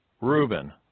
Reuben